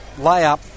layup